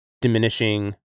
diminishing